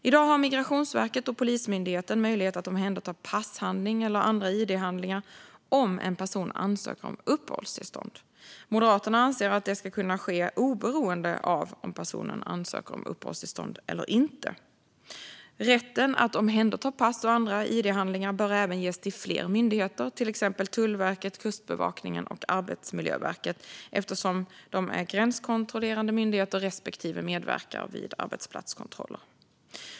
I dag har Migrationsverket och Polismyndigheten möjlighet att omhänderta passhandling eller andra id-handlingar om en person ansöker om uppehållstillstånd. Moderaterna anser att det ska kunna ske oberoende av om personen ansöker om uppehållstillstånd eller inte. Rätten att omhänderta pass och andra id-handlingar bör även ges till fler myndigheter, till exempel Tullverket, Kustbevakningen och Arbetsmiljöverket, eftersom de är gränskontrollerande myndigheter respektive medverkar vid arbetsplatskontroller.